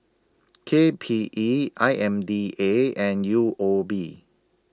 K P E I M D A and U O B